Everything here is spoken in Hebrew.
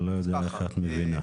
אני לא יודע איך את מבינה את זה.